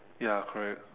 ya correct